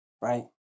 right